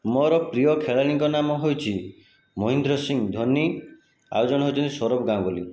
ମୋର ପ୍ରିୟ ଖେଳାଳିଙ୍କ ନାମ ହେଉଛି ମହେନ୍ଦ୍ର ସିଂ ଧୋନି ଆଉ ଜଣେ ହେଉଛନ୍ତି ସୌରଭ ଗାଙ୍ଗୁଲି